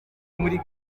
muri